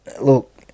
look